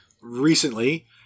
recently